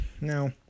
Now